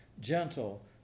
gentle